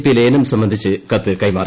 P ലയന്റ് സ്ംബന്ധിച്ച് കത്ത് കൈമാറി